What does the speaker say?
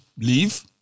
leave